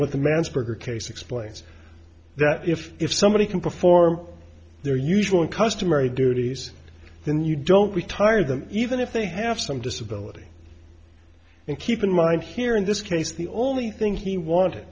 with the mansker case explains that if if somebody can perform their usual and customary duties then you don't retire them even if they have some disability and keep in mind here in this case the only thing he want